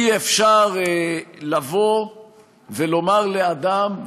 אי-אפשר לומר לאדם,